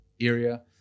area